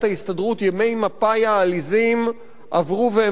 ימי מפא"י העליזים עברו והם מאחורינו.